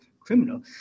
criminal